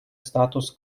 статус